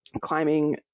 climbing